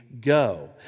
go